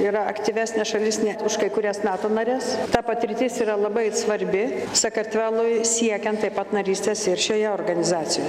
yra aktyvesnė šalis net už kai kurias nato nares ta patirtis yra labai svarbi sakartvelui siekiant taip pat narystės ir šioje organizacijoje